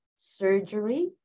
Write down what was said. surgery